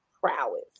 prowess